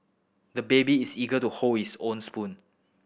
the baby is eager to hold his own spoon